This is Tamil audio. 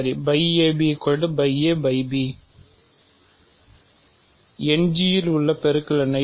End இல் ஒரு பெருக்கல் என்ன